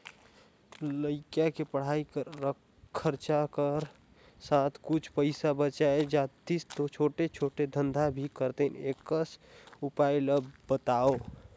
लइका के पढ़ाई कर खरचा कर साथ कुछ पईसा बाच जातिस तो छोटे मोटे धंधा भी करते एकस उपाय ला बताव?